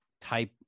type